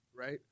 right